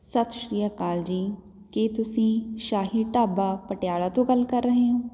ਸਤਿ ਸ਼੍ਰੀ ਅਕਾਲ ਜੀ ਕੀ ਤੁਸੀਂ ਸ਼ਾਹੀ ਢਾਬਾ ਪਟਿਆਲਾ ਤੋਂ ਗੱਲ ਕਰ ਰਹੇ ਹੋ